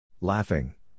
Laughing